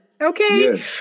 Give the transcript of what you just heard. okay